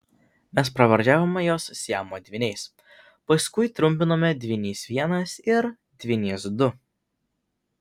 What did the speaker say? mes pravardžiavome juos siamo dvyniais paskui trumpindavome dvynys vienas ir dvynys du